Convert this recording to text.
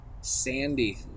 sandy